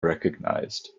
recognized